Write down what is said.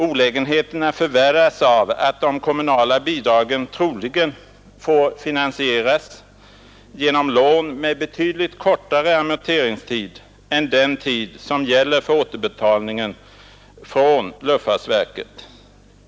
Olägenheterna förvärras av att de kommunala bidragen troligen får finansieras genom lån med betydligt kortare amorteringstid än den tid som gäller för återbetalningen från luftfartsverket.